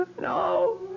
No